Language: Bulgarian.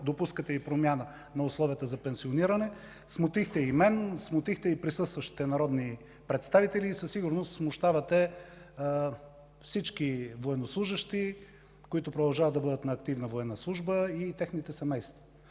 допускате дори промяна в условията за пенсиониране, смутихме и мен, и присъстващите народни представители, а със сигурност смущавате и всички военнослужещи, които продължават да бъдат на активна военна служба, и техните семейства.